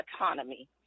autonomy